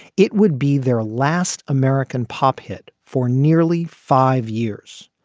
it would be their last american pop hit for nearly five years.